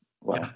wow